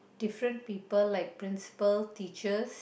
different people like principal teachers